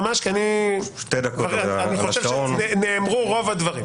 כי אני חושב שרוב הדברים נאמרו.